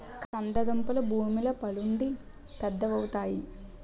కంద దుంపలు భూమి లోపలుండి పెద్దవవుతాయి